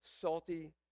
salty